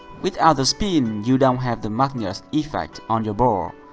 without the spin, you don't have the magnus effect on your ball.